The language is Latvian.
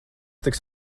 tiks